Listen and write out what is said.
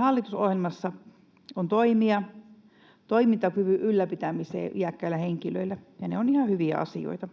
Hallitusohjelmassa on toimia toimintakyvyn ylläpitämiseen iäkkäille henkilöille, ne ovat ihan hyviä asioita,